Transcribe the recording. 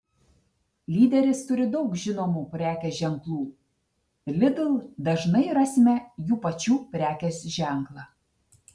lyderis turi daug žinomų prekės ženklų lidl dažnai rasime jų pačių prekės ženklą